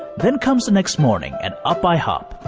then comes the next morning and up i hop.